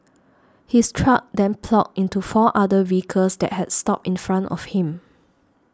his truck then ploughed into four other vehicles that had stopped in front of him